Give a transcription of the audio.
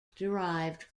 derived